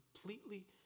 completely